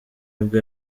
nibwo